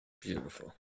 Beautiful